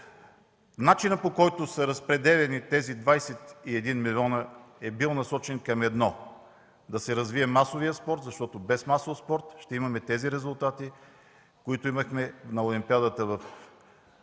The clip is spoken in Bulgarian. начинът, по който са разпределени тези 21 милиона, е бил насочен към едно: да се развие масовият спорт, защото без масов спорт ще имаме резултати, които имахме на Олимпиадата в Лондон